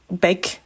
big